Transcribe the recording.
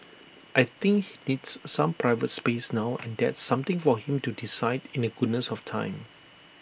I think he needs some private space now and that's something for him to decide in the goodness of time